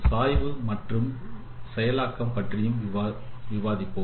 சாய்வு மதிப்பு செயலாக்கம் பற்றியும் நாம் விவாதித்தோம்